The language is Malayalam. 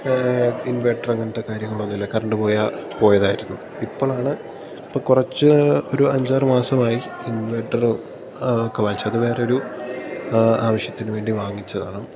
ഇൻവെര്ട്ടർ അങ്ങനത്തെ കാര്യങ്ങളൊന്നുമില്ല കറണ്ട് പോയാല് പോയതായിരുന്നു ഇപ്പോഴാണ് ഇപ്പോള് കുറച്ച് ഒരു അഞ്ചാറു മാസമായി ഇൻവെർട്ടര് ഒക്കെ വാങ്ങിച്ചു അതു വേറൊരു ആവശ്യത്തിനു വേണ്ടി വാങ്ങിച്ചതാണ്